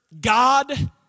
God